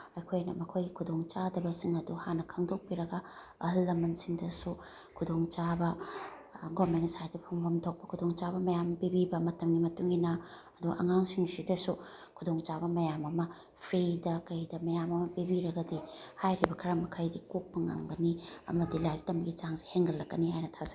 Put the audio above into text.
ꯑꯩꯈꯣꯏꯅ ꯃꯈꯣꯏꯒꯤ ꯈꯨꯗꯣꯡꯆꯥꯗꯕꯁꯤꯡ ꯑꯗꯣ ꯍꯥꯟꯅ ꯈꯪꯗꯣꯛꯄꯤꯔꯒ ꯑꯍꯜ ꯂꯃꯟꯁꯤꯡꯗꯁꯨ ꯈꯨꯗꯣꯡꯆꯥꯕ ꯒꯣꯃꯦꯟꯒꯤ ꯁꯥꯏꯠꯇꯒꯤ ꯐꯪꯐꯝ ꯊꯣꯛꯄ ꯈꯨꯗꯣꯡꯆꯥꯕ ꯃꯌꯥꯝ ꯄꯤꯕꯤꯕ ꯃꯇꯝꯒꯤ ꯃꯇꯨꯡꯏꯟꯅ ꯑꯗꯨ ꯑꯉꯥꯡꯁꯤꯡꯁꯤꯗꯁꯨ ꯈꯨꯗꯣꯡꯆꯥꯕ ꯃꯌꯥꯝ ꯑꯃ ꯐ꯭ꯔꯤꯗ ꯀꯩꯗ ꯃꯌꯥꯝ ꯑꯃ ꯄꯤꯕꯤꯔꯒꯗꯤ ꯍꯥꯏꯔꯤꯕ ꯈꯔ ꯃꯈꯩꯗꯤ ꯀꯣꯛꯄ ꯉꯝꯒꯅꯤ ꯑꯃꯗꯤ ꯂꯥꯏꯔꯤꯛ ꯇꯝꯕꯒꯤ ꯆꯥꯡꯁꯦ ꯍꯦꯟꯒꯠꯂꯛꯀꯅꯤ ꯍꯥꯏꯅ ꯊꯥꯖꯩ